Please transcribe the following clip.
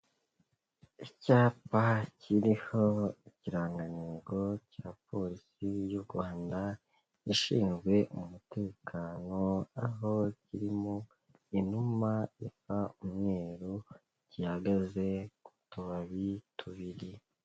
Icyapa kiriho ikirangantego cya polisi y'u Rwanda ishinzwe umutekano, aho kirimo inuma isa umweru ihagaze ku tubari tubiri.